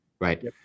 right